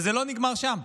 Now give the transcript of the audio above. וזה לא נגמר שם.